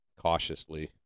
cautiously